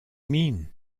mean